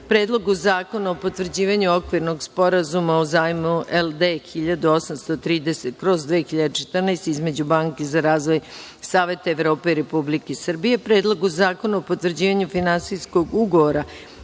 Predlogu zakona o potvrđivanju Okvirnog sporazuma o zajmu LD 1830/2014 između Banke za razvoj Saveta Evrope i Republike Srbije, Predlogu zakona o potvrđivanju Finansijskog ugovora